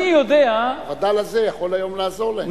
אני יודע, הווד”ל הזה יכול היום לעזור להם.